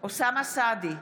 אוסאמה סעדי,